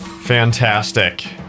Fantastic